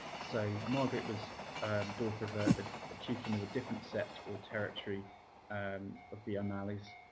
so margaret was daughter of a ah ah chieftain of a different set or territory um of the o'malleys